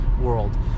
world